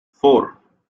four